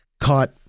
caught